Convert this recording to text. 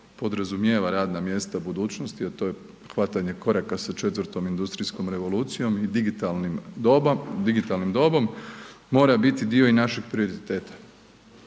podrazumijeva radna mjesta budućnosti, a to je hvatanje koraka sa 4. industrijskom revolucijom i digitalnim dobom, mora biti dio i našeg prioriteta,